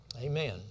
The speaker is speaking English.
Amen